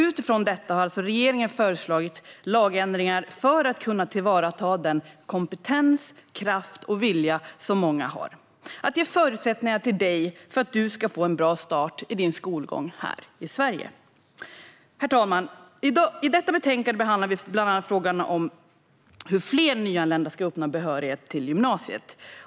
Utifrån detta har alltså regeringen föreslagit lagändringar för att kunna tillvarata den kompetens, kraft och vilja som många har. Det handlar om att ge dig förutsättningar att få en bra start på din skolgång här i Sverige. Herr talman! I detta betänkande behandlar vi bland annat frågan om hur fler nyanlända ska uppnå behörighet till gymnasiet.